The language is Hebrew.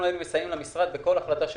אנחנו היינו מסייעים למשרד בכל החלטה שהוא